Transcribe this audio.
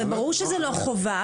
ברור שזה לא חובה,